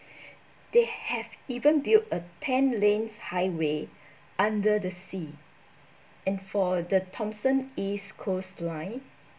they have even build a ten lanes highway under the sea and for the thomson east coast line